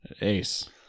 Ace